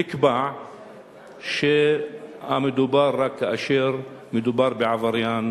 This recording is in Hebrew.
נקבע שהמדובר רק כאשר מדובר בעבריין